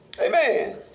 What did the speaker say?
Amen